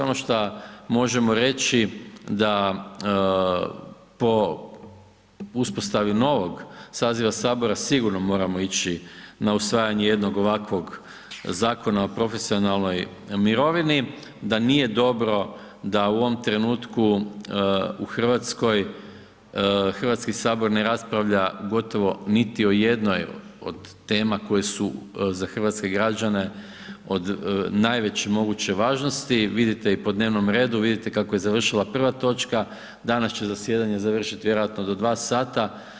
Ono šta možemo reći da po uspostavi novog saziva sabora sigurno moramo ići na usvajanje jednog ovakvog Zakona o profesionalnoj mirovini, da nije dobro da u ovom trenutku u Hrvatskoj Hrvatski sabor ne raspravlja gotovo niti o jednoj od tema koje su za hrvatske građane od najveće moguće važnosti, vidite i po dnevnom redu, vidite kako je završila prva točka, danas će zajedanje završiti vjerojatno do 2 sata.